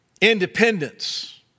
independence